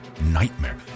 Nightmare